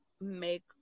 make